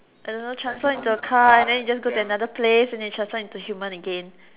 I don't know transform into a car and then you just go to another place and then you transform into human again